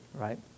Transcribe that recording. right